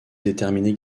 déterminent